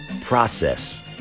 process